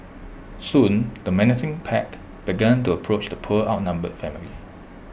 soon the menacing pack began to approach the poor outnumbered family